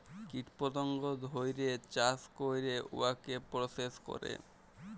কীট পতঙ্গ ধ্যইরে চাষ ক্যইরে উয়াকে পরসেস ক্যরে